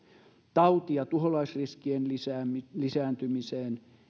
tauti ja tuholaisriskien lisääntymiseen lisääntymiseen